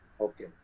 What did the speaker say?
Okay